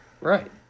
Right